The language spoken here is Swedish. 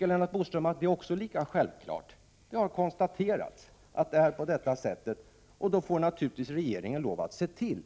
Lennart Bodström, jag tycker att även detta är lika självklart. Det har konstaterats att det är så, och då får naturligtvis regeringen lov att se till